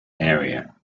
area